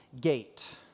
gate